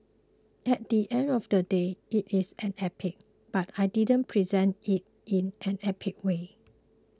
at the end of the day it is an epic but I didn't present it in an epic way